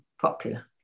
popular